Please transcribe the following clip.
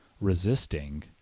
resisting